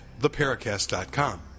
theparacast.com